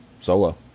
solo